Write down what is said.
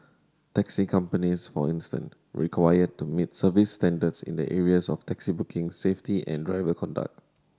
taxi companies for instance required to meet service standards in the areas of taxi booking safety and driver conduct